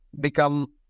become